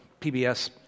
PBS